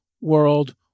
world